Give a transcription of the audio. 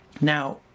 Now